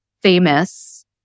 famous